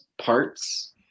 parts